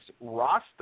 roster